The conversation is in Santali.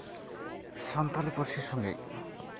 ᱥᱟᱱᱛᱟᱞᱤ ᱯᱟᱹᱨᱥᱤ ᱥᱚᱸᱜᱮᱜ